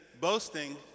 boasting